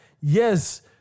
yes